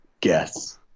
Guess